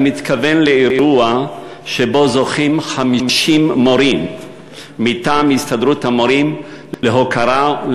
אני מתכוון לאירוע שבו זוכים 50 מורים מטעם הסתדרות המורים להוקרה,